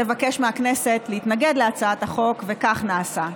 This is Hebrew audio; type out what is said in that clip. תבקש מהכנסת להתנגד להצעת החוק וכך נעשה.